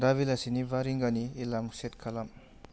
दा बेलासिनि बा रिंगानि एलार्म सेट खालाम